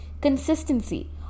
consistency